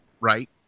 right